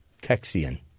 Texian